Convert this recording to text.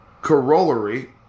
Corollary